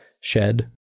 Shed